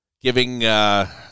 giving